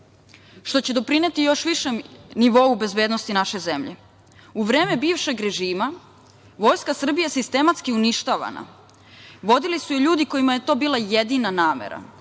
što će doprineti još višem nivou bezbednosti naše zemlje.U vreme bivšeg režima Vojska Srbije sistematski uništavana, vodili su je ljudi kojima je to bila jedina namera.